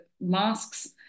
masks